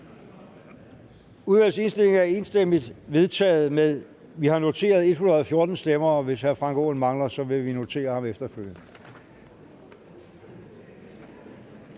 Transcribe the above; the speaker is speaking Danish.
Udvalgets indstilling er enstemmigt vedtaget med 114 stemmer. Vi har noteret 114 stemmer, og hvis hr. Frank Aaen mangler, vil vi notere ham efterfølgende.